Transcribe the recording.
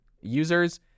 users